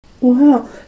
Wow